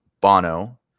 Bono